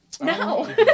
No